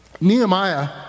Nehemiah